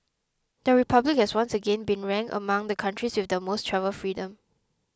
the republic has once again been ranked among the countries with the most travel freedom